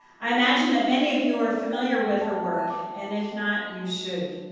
i imagine that many of you are familiar with her work, and if not, you should.